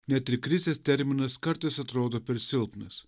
net ir krizės terminas kartais atrodo per silpnas